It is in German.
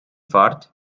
fahrt